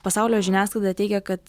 pasaulio žiniasklaida teigia kad